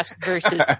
versus